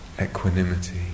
equanimity